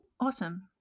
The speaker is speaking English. awesome